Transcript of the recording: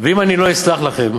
ואם אני לא אסלח לכם,